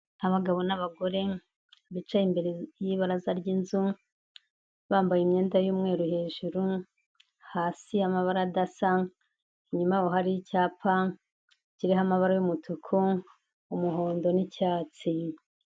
Abagabo n'abagore bicaye imbere y'ibaraza ry'inzu, bambaye imyenda y'umweru hejuru, hasi y'amabara adasa, inyuma yabo hariho icyapa kiriho amabara y'umutuku, umuhondo n'icyatsi.